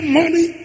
money